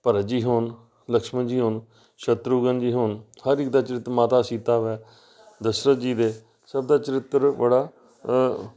ਭਰਤ ਜੀ ਹੋਣ ਲਕਸ਼ਮਣ ਜੀ ਹੋਣ ਸ਼ਤਰੂਘਨ ਜੀ ਹੋਣ ਹਰ ਇੱਕ ਦਾ ਚਰਿੱਤ ਮਾਤਾ ਸੀਤਾ ਹੈ ਦਸ਼ਰਥ ਜੀ ਦੇ ਸਭ ਦਾ ਚਰਿੱਤਰ ਬੜਾ